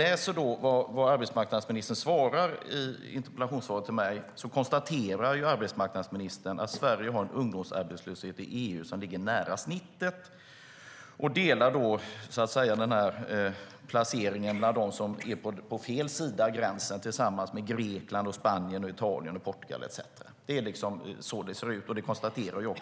I arbetsmarknadsministerns interpellationssvar till mig läser jag att hon konstaterar att Sverige har en ungdomsarbetslöshet i EU som ligger nära snittet. Vi delar placeringen med dem som är på fel sida om gränsen: Grekland, Spanien, Italien och Portugal etcetera. Det är så det ser ut, och det konstaterar